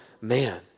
man